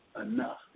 enough